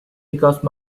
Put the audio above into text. because